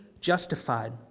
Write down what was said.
justified